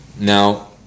Now